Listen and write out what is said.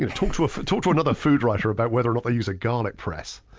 talk to talk to another food writer about whether or not they use a garlic press.